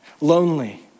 lonely